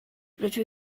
rydw